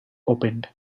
opened